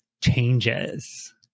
changes